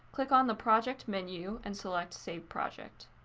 click on the project menu and select save project.